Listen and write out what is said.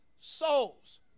souls